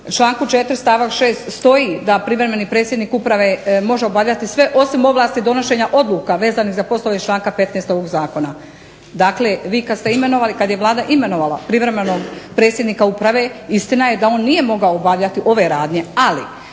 članku 4. stavak 6. stoji da privremeni predsjednik uprave može obavljati sve osim ovlasti donošenja odluka vezanih za poslove iz članka 15. ovog zakona. Dakle, vi kad ste imenovali, kad je Vlada imenovala privremenog predsjednika uprave istina je da on nije mogao obavljati ove radnje, ali